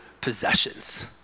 possessions